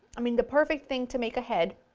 i mean the perfect thing to make ahead